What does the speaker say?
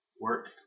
work